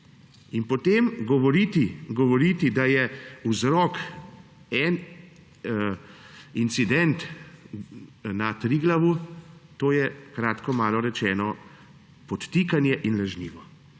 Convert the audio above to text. In potem govoriti, da je vzrok en incident na Triglavu, to je, kratkomalo rečeno, podtikanje in lažnivo.